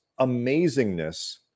amazingness